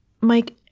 Mike